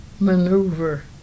Maneuver